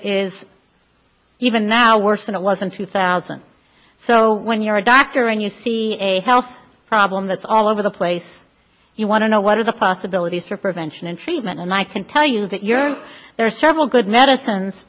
is even now worse than it was in two thousand so when you're a doctor and you see a health problem that's all over the place you want to know what are the possibilities for prevention and treatment and i can tell you that you're there are several good medicines